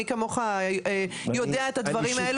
מי כמוך יודע את הדברים האלו.